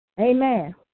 Amen